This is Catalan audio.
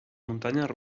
muntanyes